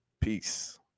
Peace